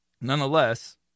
Nonetheless